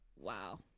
Wow